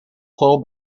juego